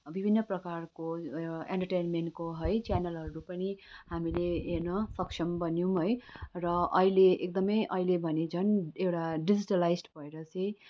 विभिन्न प्रकारको इन्टरटेनमेन्टको है च्यानलहरू पनि हामीले हेर्न सक्षम बनियौँ है र अहिले एकदमै अहिले भने झन् एउटा डिजिटलाइज भएर चाहिँ